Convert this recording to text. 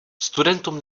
studentům